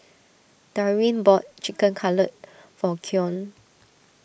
Darwyn bought Chicken Cutlet for Keon